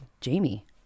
Jamie